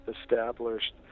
established